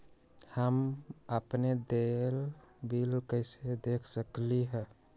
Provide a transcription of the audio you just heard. हम अपन देल बिल कैसे देख सकली ह?